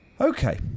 Okay